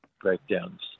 breakdowns